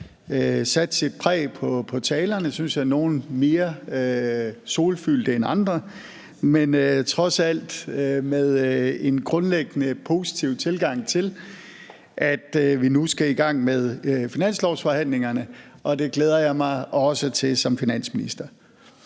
sat sit præg på talerne, synes jeg – nogle var mere solfyldte end andre, men trods alt med en grundlæggende positiv tilgang til, at vi nu skal i gang med finanslovsforhandlingerne, og det glæder jeg mig også til som finansminister.